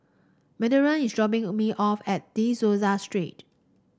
is dropping me off at De Souza Street